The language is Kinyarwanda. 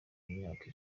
myaka